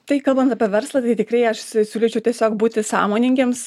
tai kalbant apie verslą tai tikrai aš siūlyčiau tiesiog būti sąmoningiems